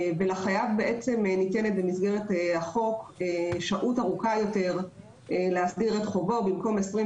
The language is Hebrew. לחייב ניתנת שהות ארוכה יותר להסדיר את חובו 21